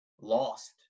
lost